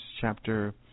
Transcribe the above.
chapter